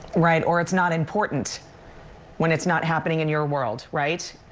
right, or it's not important when it's not happening in your world, right?